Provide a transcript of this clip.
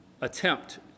attempt